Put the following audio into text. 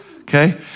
okay